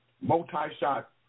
multi-shot